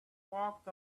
walked